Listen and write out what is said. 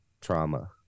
trauma